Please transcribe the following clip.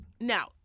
now